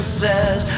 says